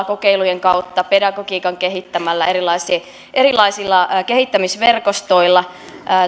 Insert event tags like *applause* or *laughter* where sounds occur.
*unintelligible* kokeilujen kautta pedagogiikkaa kehittämällä erilaisilla kehittämisverkostoilla